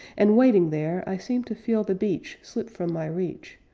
and waiting there, i seemed to feel the beach slip from my reach,